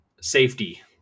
Safety